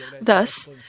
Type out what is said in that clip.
Thus